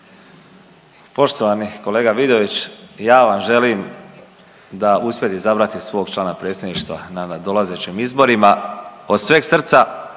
Poštovani kolega Vidović ja vam želim da uspijete izabrati svog člana predsjedništva na nadolazećim izborima od sveg srca